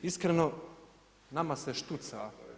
Iskreno, nama se štuca.